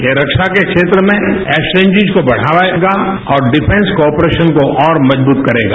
यह रक्षा के क्षेत्र में एक्वेंजिस को बढायेगा और डिफेंस कार्पोरेशन को और मजबूत करेगा